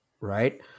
Right